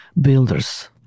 builders